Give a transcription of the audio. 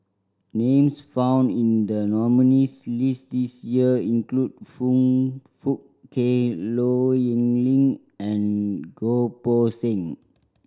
names found in the nominees' list this year include Foong Fook Kay Low Yen Ling and Goh Poh Seng